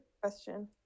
question